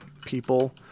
people